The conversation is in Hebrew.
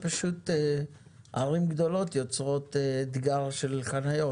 שערים גדולות יוצרות אתגר של חניות.